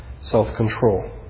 self-control